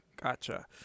Gotcha